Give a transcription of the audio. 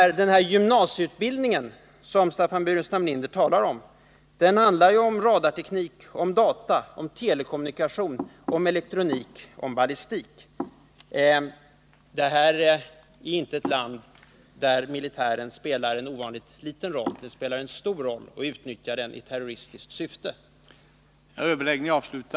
I den gymnasieutbildning som Staffan Burenstam Linder talar om ingår sådana ämnen som radarteknik, data, telekommunikation, elektronik och ballistik. Libyen är inte ett land där militären spelar en ovanligt liten roll. Militären spelar en stor roll, och den utnyttjar sin ställning i terroristiskt syfte.